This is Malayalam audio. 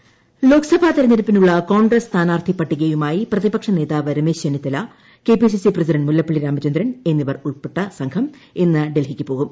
കോൺഗ്രസ് ലോക്സഭാ തെരഞ്ഞെടുപ്പിനുള്ള കോൺഗ്രസ് സ്ഥാനാർത്ഥി പട്ടികയുമായി പ്രതിപക്ഷ നേതാവ് രമേശ് ചെന്നിത്തല കെപിസിസി പ്രസിഡന്റ് മുല്ലപ്പള്ളി രാമചന്ദ്രൻ എന്നിവർ ഉൾപ്പെട്ട സംഘം ഇന്ന് ഡൽഹിക്ക് പോകും